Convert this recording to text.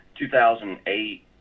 2008